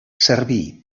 servi